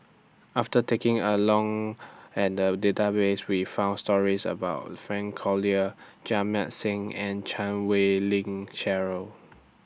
after taking A Look At The Database We found stories about Frank Cloutier Jamit Singh and Chan Wei Ling Cheryl